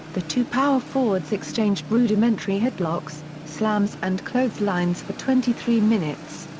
the two power forwards exchanged rudimentary headlocks, slams and clotheslines for twenty three minutes.